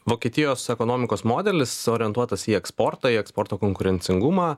vokietijos ekonomikos modelis orientuotas į eksportą į eksporto konkurencingumą